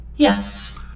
Yes